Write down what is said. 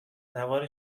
نوار